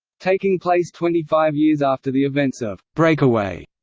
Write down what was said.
taking place twenty five years after the events of breakaway,